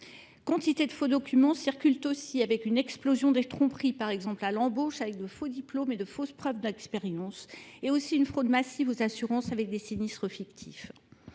Quantité de faux documents circule aussi avec une explosion des tromperies, par exemple à l'embauche avec de faux diplômes et de fausses preuves d'expérience, et aussi une fraude massive aux assurances avec des sinistres fictifs.